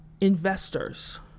investors